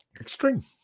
Extreme